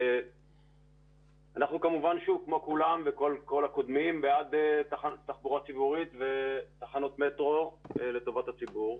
אנחנו כמובן בעד תחבורה ציבורית ותחנות מטרו לטובת הציבור.